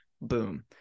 boom